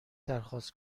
درخواست